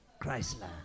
Chrysler